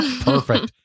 perfect